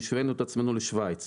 השווינו את עצמנו לשוויץ.